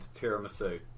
Tiramisu